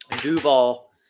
Duval